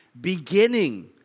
beginning